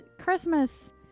Christmas